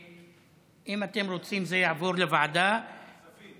אם אתם רוצים זה יעבור לוועדה, כספים.